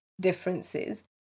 differences